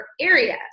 area